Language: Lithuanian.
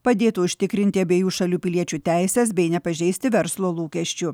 padėtų užtikrinti abiejų šalių piliečių teises bei nepažeisti verslo lūkesčių